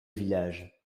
village